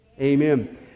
Amen